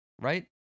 right